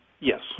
Yes